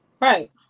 right